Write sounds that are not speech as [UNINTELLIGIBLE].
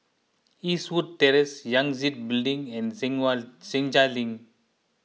Eastwood Terrace Yangtze Building and [UNINTELLIGIBLE] Senja Link